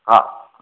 हा